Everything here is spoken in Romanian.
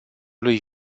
lui